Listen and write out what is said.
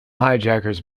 hijackers